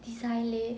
design leh